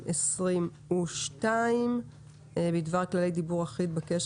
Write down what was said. התשפ"ב-2022 בדבר כללי דיבור אחיד בקשר